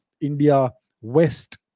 India-West